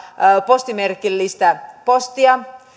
postimerkillistä postia